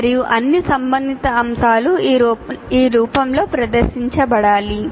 మరియు అన్ని సంబంధిత అంశాలు ఈ రూపంలో ప్రదర్శించబడాలి